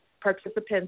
participants